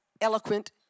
eloquent